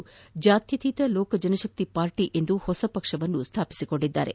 ಜ್ಞಾತ್ಯತೀತ Lok Janshakti Party ಎಂದು ಹೊಸ ಪಕ್ಷವನ್ನು ಸ್ಥಾಪಿಸಿದ್ದಾರೆ